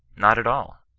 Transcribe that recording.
not at all.